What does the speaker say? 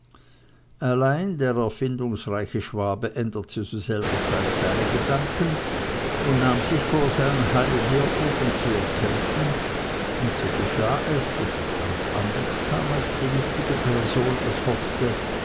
allein der erfindungsreiche schwabe änderte zu selber zeit seine gedanken und nahm sich vor sein heil hier oben zu erkämpfen und so geschah es daß es ganz anders kam als die listige person es hoffte